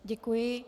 Děkuji.